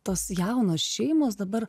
tos jaunos šeimos dabar